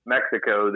Mexico